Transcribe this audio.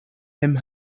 him